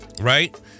right